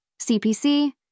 CPC